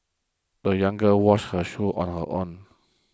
the young girl washed her shoes on her own